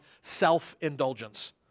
self-indulgence